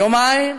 יומיים,